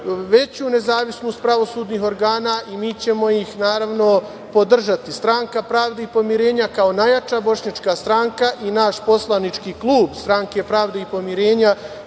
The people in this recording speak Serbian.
veću nezavisnost pravosudnih organa i mi ćemo ih, naravno, podržati. Stranka pravde i pomirenja kao najjača bošnjačka stranka i naš poslanički klub Stranke pravde i pomirenja